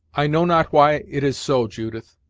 i know not why it is so, judith,